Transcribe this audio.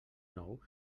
nou